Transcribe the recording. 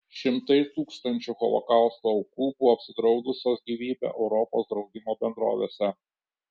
šimtai tūkstančių holokausto aukų buvo apsidraudusios gyvybę europos draudimo bendrovėse